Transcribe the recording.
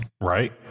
right